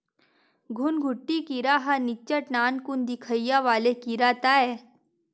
घुनघुटी कीरा ह निच्चट नानकुन दिखइया वाले कीरा ताय